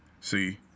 See